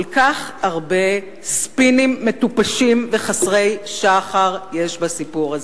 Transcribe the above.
כל כך הרבה ספינים מטופשים וחסרי שחר יש בסיפור הזה.